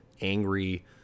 angry